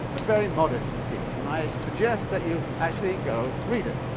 a very modest piece, and i suggest that you actually go read it,